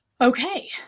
okay